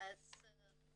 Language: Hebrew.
תודה רבה.